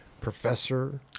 Professor